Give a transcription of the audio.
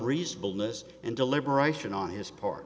reasonable list and deliberation on his part